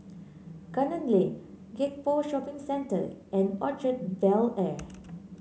Gunner Lane Gek Poh Shopping Centre and Orchard Bel Air